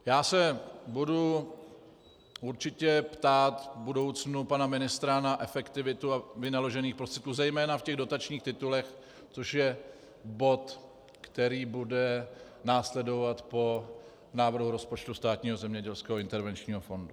Já se budu určitě ptát v budoucnu pana ministra na efektivitu vynaložených prostředků, zejména v těch dotačních titulech, což je bod, který bude následovat po návrhu rozpočtu Státního zemědělského intervenčního fondu.